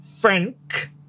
Frank